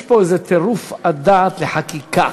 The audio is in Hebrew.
יש פה איזה טירוף הדעת לחקיקה.